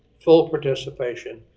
full participation,